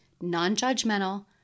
non-judgmental